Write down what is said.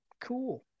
Cool